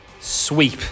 sweep